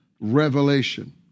revelation